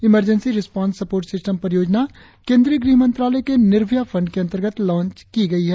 emergency response support system परियोजना केंद्रीय गृह मंत्रालय के निर्भया फंड के अंतर्गत लांच की गई है